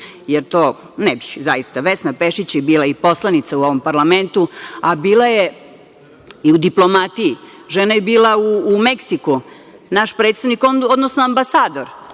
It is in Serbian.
ne bih zaista, jer Vesna Pešić je bila i poslanica u ovom parlamentu, a bila je i u diplomatiji. Žena je bila u Meksiku, naš predstavnik, odnosno ambasador.